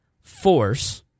force